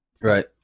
Right